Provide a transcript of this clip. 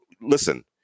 listen